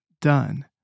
done